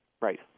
Right